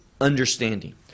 understanding